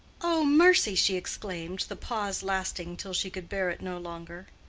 oh, mercy! she exclaimed, the pause lasting till she could bear it no longer.